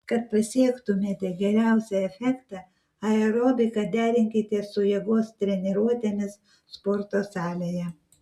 kad pasiektumėte geriausią efektą aerobiką derinkite su jėgos treniruotėmis sporto salėje